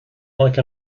like